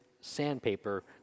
sandpaper